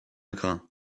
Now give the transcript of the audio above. grains